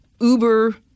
uber